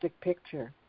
picture